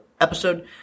episode